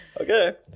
Okay